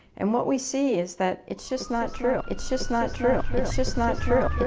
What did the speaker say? and what we see is that it's just not true. it's just not true. it's just not true. it's